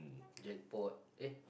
Jackpot eh